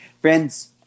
friends